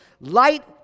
light